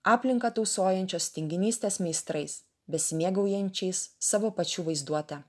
aplinką tausojančios tinginystės meistrais besimėgaujančiais savo pačių vaizduote